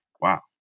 Wow